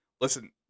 Listen